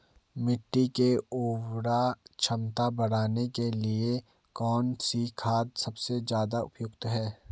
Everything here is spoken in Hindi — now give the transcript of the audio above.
मिट्टी की उर्वरा क्षमता बढ़ाने के लिए कौन सी खाद सबसे ज़्यादा उपयुक्त है?